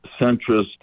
centrist